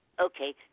Okay